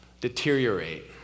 deteriorate